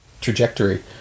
Trajectory